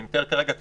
אני מתאר כרגע את